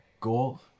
goal